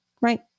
Right